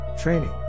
training